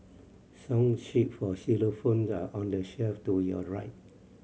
song sheet for xylophones are on the shelf to your right